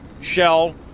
shell